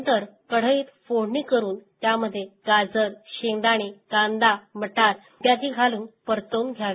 नंतर कढईत फोडणी करून त्यामध्ये गाजर शेंगदाणे कांदा मटार इत्यादी घालून परतव्न घ्यावे